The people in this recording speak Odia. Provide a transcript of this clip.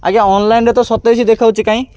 ଆଜ୍ଞା ଅନଲାଇନ୍ରେ ତ ସତେଇଶ ଦେଖାଉଛି କାଇଁ